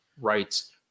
rights